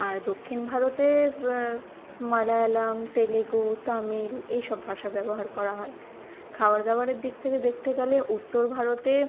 আর দক্ষিণ ভারতে মালায়ালাম তেলুগু তামিল এইসব ভাষা ব্যবহার করা হয় খাবার দাবারের দিক থেকে দেখতে গেলে উত্তর ভারতে